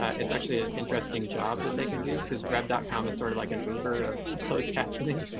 it's actually an interesting job that they can do is rev dot com is sort of like an uber of closed captioning.